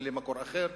אין לי מקור אחר.